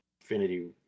Infinity